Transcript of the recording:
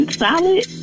solid